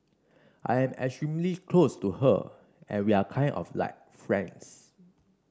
I am extremely close to her and we are kind of like friends